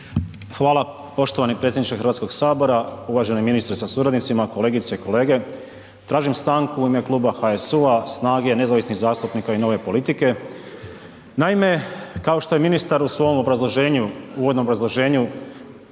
Hvala poštovani predsjedniče Hrvatskoga sabora, uvaženi ministre sa suradnicima, kolegice i kolege. Tražim stanku u ime kluba HSU-a, SNAGA-e, Nezavisnih zastupnika i Nove politike. Naime, kao što je ministar u svom obrazloženju,